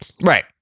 Right